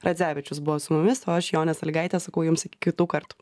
radzevičius buvo su mumis o aš jonė salygaitė sakau jums iki kitų kartų